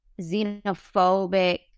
xenophobic